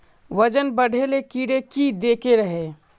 वजन बढे ले कीड़े की देके रहे?